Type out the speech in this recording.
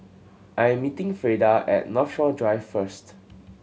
I am meeting Freida at Northshore Drive first